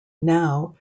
now